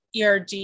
ERG